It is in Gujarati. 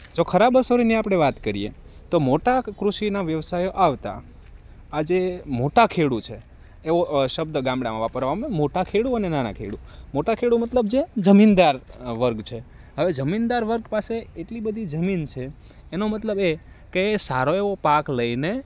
જો ખરાબ અસરોની આપણે વાત કરીએ તો મોટા કૃષિના વ્યવસાયો આવતા આજે મોટા ખેડૂ છે એવો શબ્દ ગામડાંમાં વાપરવામાં મોટા ખેડૂ અને નાના ખેડૂ મોટા ખેડૂ મતલબ જે જમીનદાર વર્ગ છે હવે જમીનદાર વર્ગ પાસે એટલી બધી જમીન છે એનો મતલબ એ કે એ સારો એવો પાક લઈને